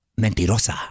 Mentirosa